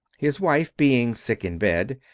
his wife being sick in bed,